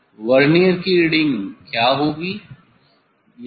vernier की reading क्या होगी